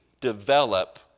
develop